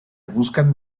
buscan